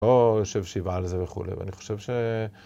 ‫לא יושב בעה על זה וכולי, ‫ואני חושב ש...